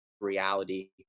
reality